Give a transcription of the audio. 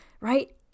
right